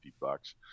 bucks